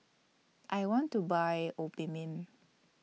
I want to Buy Obimin